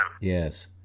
yes